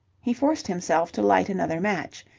he forced himself to light another match.